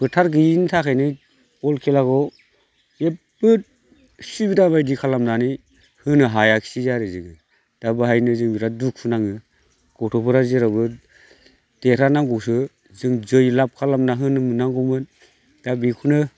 फोथार गैयिनि थाखायनो बल खेलाखौ जेबो सुबिदा बायदि खालामनानै होनो हायाखिसै आरो जों दा बेखायनो जों बिराद दुखु नाङो गथ'फोरा जेरावबो देरहानांगौसो जों जै लाब खालामना होनो मोननांगौमोन दा बेखौनो